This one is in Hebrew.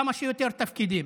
כמה שיותר תפקידים.